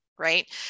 right